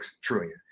trillion